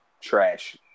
trash